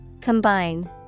Combine